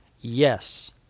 yes